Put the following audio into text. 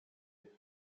fut